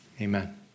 amen